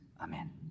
Amen